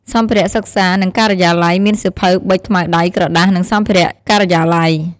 សម្ភារៈសិក្សា និងការិយាល័យ មានសៀវភៅ ប៊ិច ខ្មៅដៃ ក្រដាស និងសម្ភារៈការិយាល័យ។